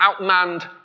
outmanned